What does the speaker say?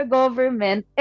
government